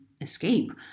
escape